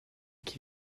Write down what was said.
qui